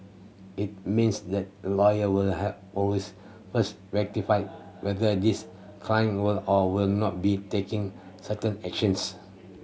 it means that a lawyer will have always first whether this client will or will not be taking certain actions